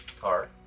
car